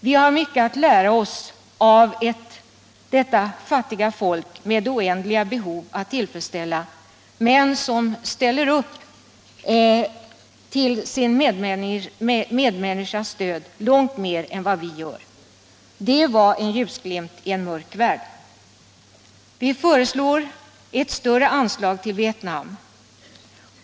Vi har mycket att lära oss av detta fattiga folk, som har oändliga behov att tillfredsställa men som ställer upp till sin medmänniskas stöd långt mer än vad vi gör. Det var en ljusglimt i en mörk värld. Vi föreslår ett större anslag till Vietnam.